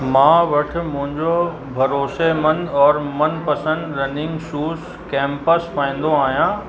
मां वटि मुंहिंजो भरोसेमंद और मनपसंद रनिंग शूज़ कैंपस पाईंदो आहियां